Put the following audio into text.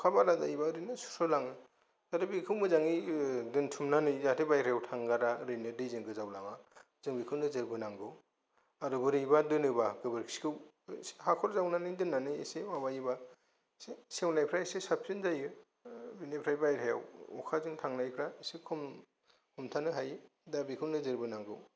अखा बाना जायोबा ओरैनो सुस्र'लाङो जाहाथे बेखौ मोजांङै दोनथुमनानै जाहाथे बायरायाव थांगारा ओरैनो दैजों गोजावलाङा जों बेखौ नोजोर बोनांगौ आरो बोरैबा दोनोबा गोबोरखिखौ हाखर जावनानै दोननानै एसे माबायोबा एसे सेवनायफ्रा एसे साबसिन जायो बेनिफ्राय बायरायाव अखाजों थांनायफ्रा एसे खम हमथानो हायो दा बेखौ नोजोर बोनांगौ